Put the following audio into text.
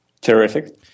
Terrific